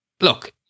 look